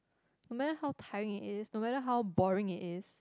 no matter how tiring it is no matter how boring it is